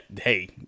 hey